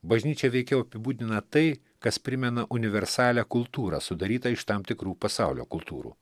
bažnyčią veikiau apibūdina tai kas primena universalią kultūrą sudarytą iš tam tikrų pasaulio kultūrų